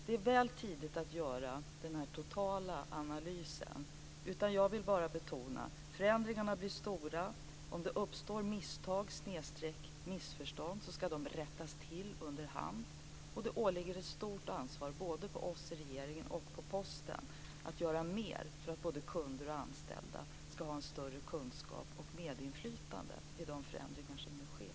Det är alltså väl tidigt att göra den här totala analysen. Jag vill bara betona att förändringarna blir stora. Om det uppstår misstag eller missförstånd ska de rättas till efter hand. Det ligger ett stort ansvar både på oss i regeringen och på Posten att göra mer för att både kunder och anställda ska ha större kunskap om och medinflytande i de förändringar som sker.